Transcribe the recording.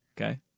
Okay